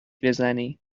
بزنی